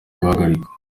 guhagarikwa